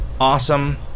awesome